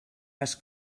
les